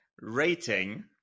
rating